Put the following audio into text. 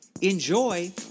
Enjoy